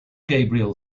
gabriel